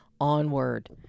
Onward